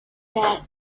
that